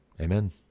amen